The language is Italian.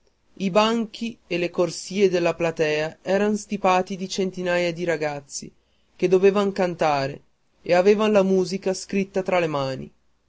i banchi e le corsie della platea erano stipati di centinaia di ragazzi che dovevan cantare e avevan la musica scritta tra le mani